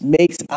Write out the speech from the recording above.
makes